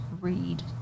read